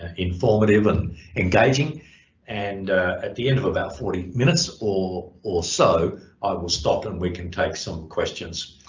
and informative and engaging and at the end of about forty minutes or or so i will stop and we can take some questions.